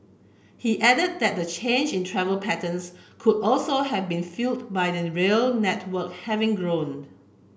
he added that the change in travel patterns could also have been fuelled by the rail network having grown